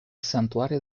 santuario